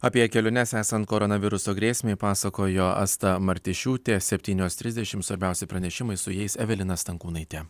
apie keliones esant koronaviruso grėsmei pasakojo asta martišiūtė septynios trisdešimt svarbiausi pranešimai su jais evelina stankūnaitė